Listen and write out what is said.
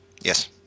Yes